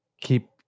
keep